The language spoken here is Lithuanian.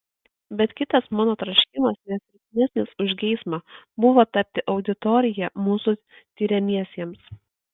bet kitas mano troškimas ne silpnesnis už geismą buvo tapti auditorija mūsų tiriamiesiems